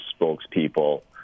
spokespeople